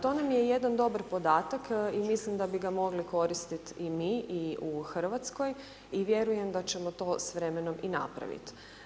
To nam je jedan dobar podatak i mislim da bi ga mogli koristit i mi u RH i vjerujem da ćemo to s vremenom i napravit.